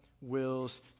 wills